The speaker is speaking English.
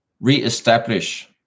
reestablish